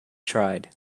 tried